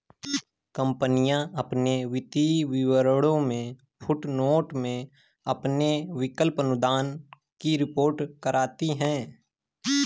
कंपनियां अपने वित्तीय विवरणों में फुटनोट में अपने विकल्प अनुदान की रिपोर्ट करती हैं